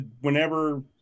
whenever